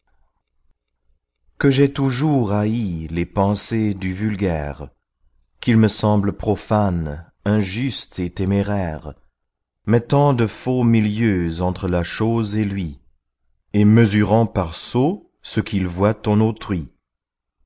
que j'ai toujours haï les pensers du vulgaire qu'il me semble profane injuste et téméraire mettant de faux milieux entre la chose et lui et mesurant par soi ce qu'il voit en autrui